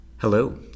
Hello